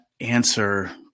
answer